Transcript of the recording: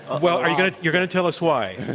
well, are you going to you're going to tell us why?